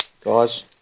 guys